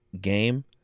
game